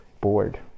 bored